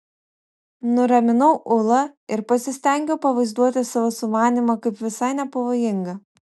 nuraminau ulą ir pasistengiau pavaizduoti savo sumanymą kaip visai nepavojingą